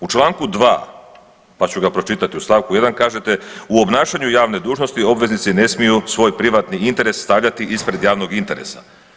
U članku 2. pa ću ga pročitati u stavku 1. kažete: „U obnašanju javne dužnosti obveznici ne smiju svoj privatni interes stavljati ispred javnog interesa.